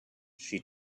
she